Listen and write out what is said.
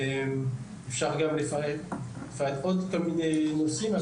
אפשר גם לפרט עוד כל מיני נושאים.